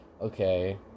okay